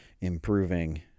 improving